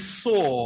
saw